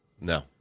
No